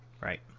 right